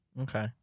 Okay